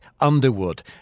Underwood